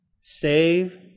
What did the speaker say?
Save